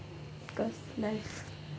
cause life